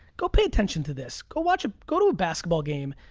go pay attention to this. go watch, go to a basketball game.